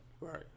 Right